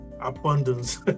abundance